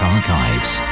Archives